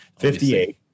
58